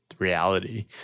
reality